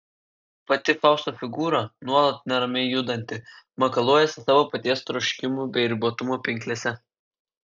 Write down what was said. pati fausto figūra nuolat neramiai judanti makaluojasi savo paties troškimų bei ribotumo pinklėse